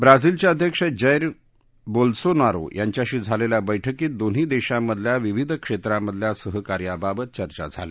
ब्राझीलचे अध्यक्ष Jair Bolsonaro यांच्याशी झालेल्या बैठकीत दोन्ही देशामधल्या विविध क्षेत्रांमधल्या सहकार्याबाबत चर्चा झाली